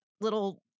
little